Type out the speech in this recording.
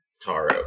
Taro